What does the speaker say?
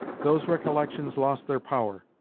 those recollections lost their power,